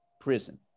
prison